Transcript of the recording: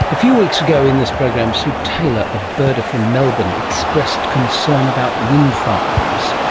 a few weeks ago in this program sue taylor, a birder from melbourne, expressed concern about wind farms.